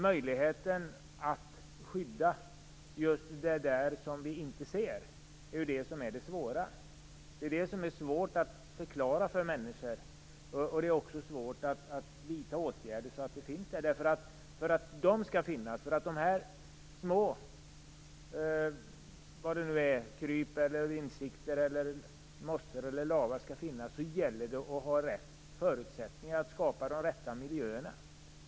Möjligheten att skydda just det som vi inte ser är det svåra. Det är det som är svårt att förklara för människor, och det är också svårt att vidta åtgärder för att de skall finnas. För att de små krypen, insekterna, mossorna och lavarna, eller vad det nu är, skall finnas gäller det att ha rätt förutsättningar och skapa de rätta miljöerna.